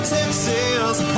Texas